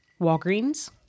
walgreens